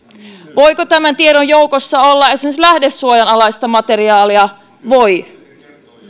voiko tämän tiedon joukossa olla esimerkiksi lähdesuojan alaista materiaalia voi